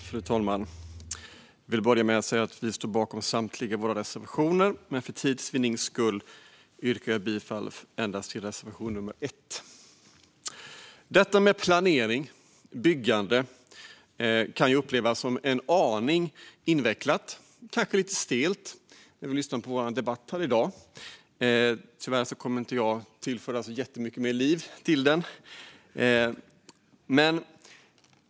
Fru talman! Jag vill börja med att säga att vi står bakom samtliga våra reservationer, men för tids vinning yrkar jag bifall endast till reservation nummer 1. När man lyssnar på vår debatt kan detta med planering och byggande upplevas som en aning invecklat och kanske lite stelt. Tyvärr kommer inte jag att tillföra jättemycket mer liv till debatten.